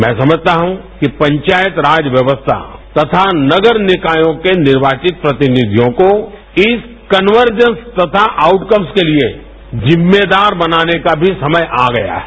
मैं समझता हूं कि पंचायत राज व्यवस्था तथा नगर निकायों के निर्वाचित प्रतिनिधियों को इस कनवर्जन्स तथा आउटकम्स के लिए विम्मेदार बनाने का भी समय आ गया है